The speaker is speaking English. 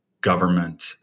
government